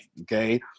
Okay